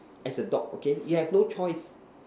as a dog okay you have no choice